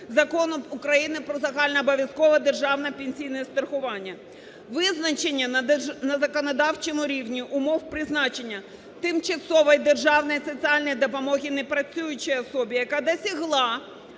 Закону України "Про загальнообов'язкове державне пенсійне страхування"; визначення на законодавчому рівні умов призначення тимчасової державної соціальної допомоги непрацюючій особі, яка досягла